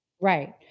Right